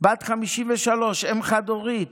בת 53, אם חד-הורית: